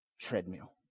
treadmill